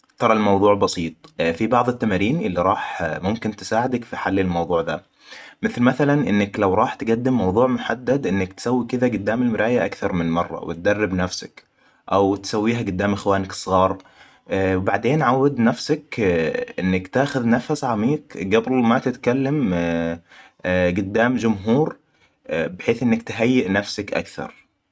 تري الموضوع بسيط في بعض التمارين اللي راح ممكن تساعدك في حل الموضوع دا. مثل مثلاً إنك لو راح تقدم موضوع محدد إنك تسوي كذا قدام المراية أكثر من مرة وتدرب نفسك. أو تسويها قدام اخوانك الصغار. بعدين عود نفسك إنك تاخذ نفس عميق قبل تتكلم قدام جمهور بحيث انك تهيئ نفسك أكثر